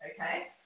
okay